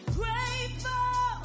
grateful